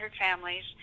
families